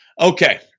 Okay